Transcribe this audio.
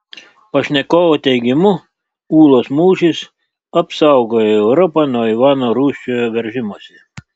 pašnekovo teigimu ūlos mūšis apsaugojo europą nuo ivano rūsčiojo veržimosi